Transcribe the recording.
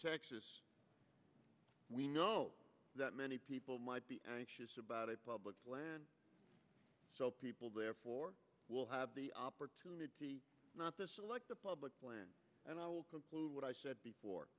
texas we know that many people might be anxious about a public plan so people therefore will have the opportunity not to select the public plan and i will conclude what i said before